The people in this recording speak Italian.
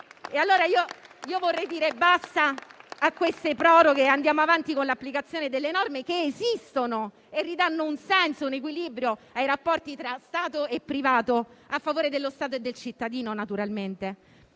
Io vorrei dire basta a queste proroghe e andiamo avanti con l'applicazione delle norme, che esistono e ridanno un senso e un equilibro ai rapporti tra Stato e privato, a favore dello Stato e del cittadino naturalmente.